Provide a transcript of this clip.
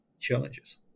challenges